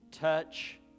touch